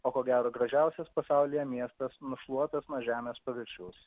o ko gero gražiausias pasaulyje miestas nušluotas nuo žemės paviršiaus